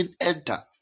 enter